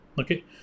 okay